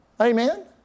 Amen